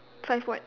five what